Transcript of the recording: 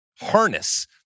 harness